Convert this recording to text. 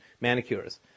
Manicures